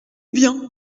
bien